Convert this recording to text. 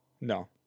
No